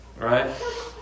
right